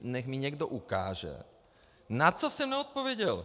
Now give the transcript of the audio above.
Nechť mi někdo ukáže, na co jsem neodpověděl.